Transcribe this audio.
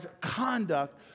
conduct